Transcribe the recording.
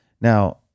Now